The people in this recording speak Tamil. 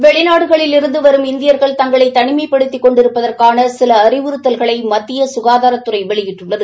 வெளிநாடுகளிலிருந்து வரும் இந்தியா்கள் தங்களை தனிமைப்படுத்திக் கொண்டு இருப்பதற்கான சில அறிவுறுத்தல்களை மத்திய சுகாதாரத்துறை வெளியிட்டுள்ளது